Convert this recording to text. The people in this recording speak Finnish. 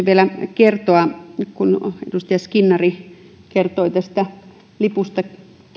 vielä kertoa kun edustaja skinnari kertoi tästä lipusta